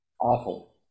Awful